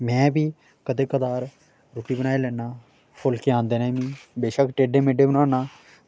में बी कदें कदार रुट्टी बनाई लैन्ना फुलके आंदे न मिगी बेशक्क टेढे मेढे बनान्नां